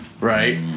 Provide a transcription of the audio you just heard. right